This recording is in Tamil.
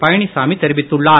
பழனிசாமி தெரிவித்துள்ளார்